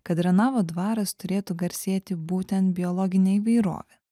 kad renavo dvaras turėtų garsėti būtent biologine įvairove